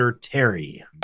Terry